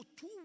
two